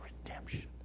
redemption